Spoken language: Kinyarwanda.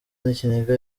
n’ikiniga